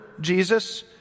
Jesus